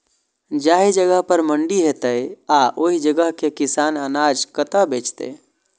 जाहि जगह पर मंडी हैते आ ओहि जगह के किसान अनाज कतय बेचते?